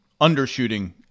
undershooting